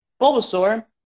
Bulbasaur